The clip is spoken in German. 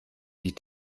die